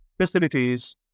facilities